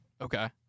Okay